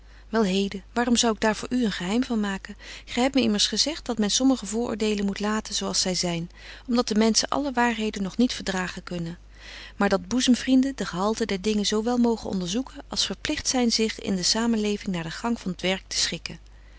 wel heden waarom zou ik daar voor u een geheim van maken gy hebt my immers gezegt dat men sommige vooroordelen moet laten zo als zy zyn om dat de menschen alle waarheden nog niet verdragen kunnen maar dat boezemvrienden de gehalte der dingen zo wel mogen onderzoeken als verpligt zyn zich in de samenleving naar den gang van t werk te schikken